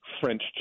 French